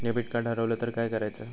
Debit card हरवल तर काय करायच?